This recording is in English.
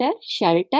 shelter